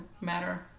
matter